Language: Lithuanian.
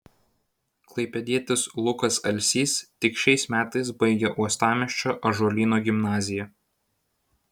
klaipėdietis lukas alsys tik šiais metais baigė uostamiesčio ąžuolyno gimnaziją